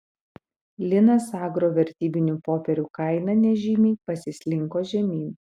linas agro vertybinių popierių kaina nežymiai pasislinko žemyn